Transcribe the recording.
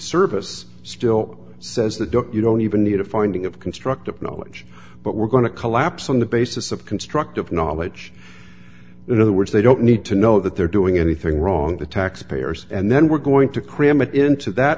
service still says that don't you don't even need a finding of constructive knowledge but we're going to collapse on the basis of constructive knowledge in other words they don't need to know that they're doing anything wrong to taxpayers and then we're going to cram it into that